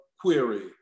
query